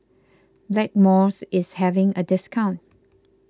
Blackmores is having a discount